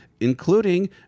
including